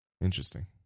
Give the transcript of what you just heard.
Interesting